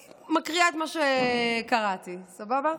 אני מקריאה את מה שקראתי, סבבה?